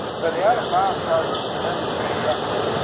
so the atom bomb causes tremendous destruction,